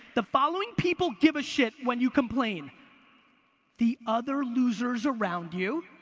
the following people give a shit when you complain the other losers around you.